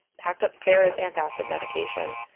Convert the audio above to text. packed up sarah's antacid medication.